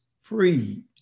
free